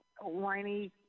whiny